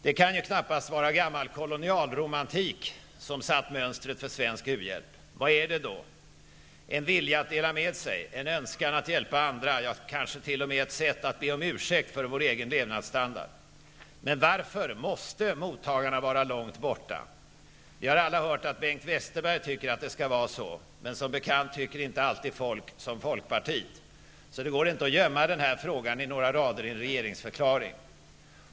Det kan knappast ha varit gammal kolonialromantik som satt mönstret för svensk uhjälp. Vad är det då? En vilja att dela med sig, en önskan att hjälpa andra, ja, kanske t.o.m. ett sätt att be om ursäkt för vår egen levnadsstandard? Men varför måste mottagarna vara långt borta? Vi har alla hört att Bengt Westerberg tycker att det skall vara så, men som bekant tycker inte alltid folk som folkpartiet, så det går nog inte att gömma den här frågan i några rader i en regeringsförklaring.